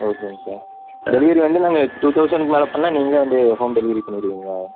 ஓகேங்க sir delivery வந்து நாங்கள் டூ தெளசண்ட்டுக்கு மேலே பண்ணால் நீங்களே வந்து ஹோம் டெலிவரி பண்ணிடுவீங்களா